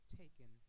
taken